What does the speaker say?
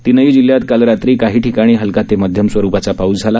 तीनही जिल्ह्यात काल रात्री काही ठिकाणी हलका ते मध्यम स्वरुपाचा पाऊस झाला